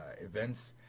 events